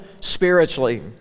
spiritually